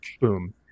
boom